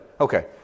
Okay